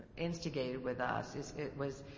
instigated with us, is it was,